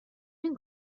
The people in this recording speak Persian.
این